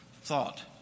thought